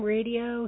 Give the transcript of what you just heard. Radio